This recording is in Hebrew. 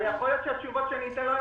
להיות שהתשובה שאני אתן לך,